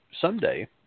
someday